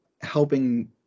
helping